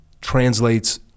translates